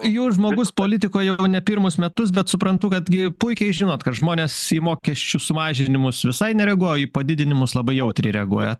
jūs žmogus politikoj ne pirmus metus bet suprantu kad gi puikiai žinot kad žmonės į mokesčių sumažinimus visai nereaguoja į padidinimus labai jautriai reaguoja